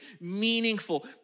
meaningful